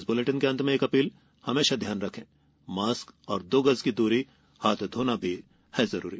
इस बुलेटिन के अंत में एक अपील हमेशा ध्यान रखें मास्क और दो गज की दूरी हाथ घोना भी है जरूरी